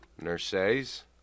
Nurses